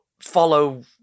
follow